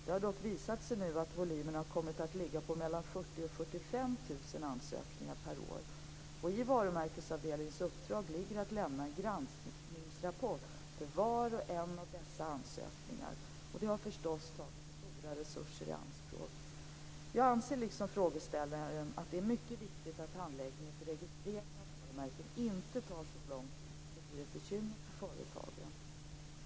Det har dock nu visat sig att volymerna har kommit att ligga på 40 000 45 000 ansökningar per år. I varumärkesavdelningens uppdrag ligger att lämna en granskningsrapport för var och en av dessa ansökningar. Det har förstås tagit stora resurser i anspråk. Jag anser liksom frågeställaren att det är mycket viktigt att handläggningen för registrering av varumärken inte tar så lång tid att det blir ett bekymmer för företagen.